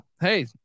Hey